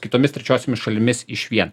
kitomis trečiosiomis šalimis išvien